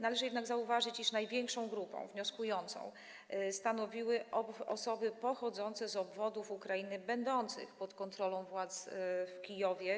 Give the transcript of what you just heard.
Należy jednak zauważyć, iż największą grupę wnioskujących stanowiły osoby pochodzące z obwodów Ukrainy będących pod kontrolą władz w Kijowie.